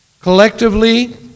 collectively